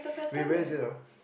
wait where is it ah